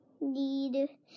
need